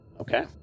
Okay